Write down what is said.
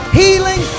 healing